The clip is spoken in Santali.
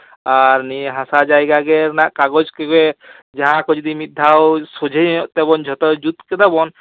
ᱟᱨ ᱱᱤᱭᱟᱹ ᱦᱟᱥᱟ ᱡᱟᱭᱜᱟ ᱜᱮ ᱨᱮᱱᱟᱜ ᱠᱟᱜᱚᱡᱽ ᱜᱮ ᱡᱟᱦᱟᱸᱠᱚ ᱡᱩᱫᱤ ᱢᱤᱫ ᱫᱷᱟᱣ ᱥᱚᱡᱷᱮ ᱧᱚᱜ ᱛᱮᱵᱚᱱ ᱡᱷᱚᱛᱚ ᱡᱩᱛ ᱠᱮᱫᱟᱵᱚᱱ